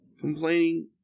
Complaining